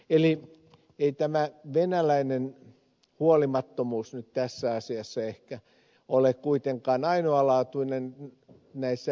eli ei tämä venäläinen huolimattomuus nyt tässä asiassa ehkä ole kuitenkaan ainoalaatuinen näissä rajavesiasioissa